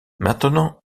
maintenant